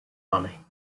money